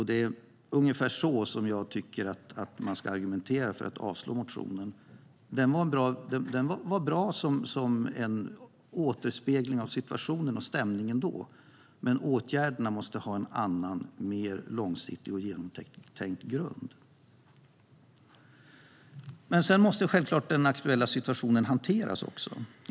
Det är ungefär så som jag tycker att man ska argumentera för att avslå motionen. Den är bra som en återspegling av situationen och stämningen då, men åtgärderna måste ha en mer långsiktig och genomtänkt grund. Självklart måste den aktuella situationen hanteras.